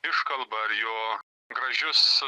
iškalbą ar jo gražius